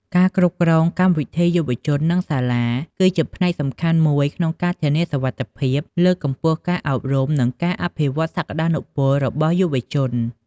ការគ្រប់គ្រងកម្មវិធីយុវជន និងសាលា គឺជាផ្នែកសំខាន់មួយក្នុងការធានាសុវត្ថិភាព លើកកម្ពស់ការអប់រំ និងការអភិវឌ្ឍសក្តានុពលរបស់យុវជន។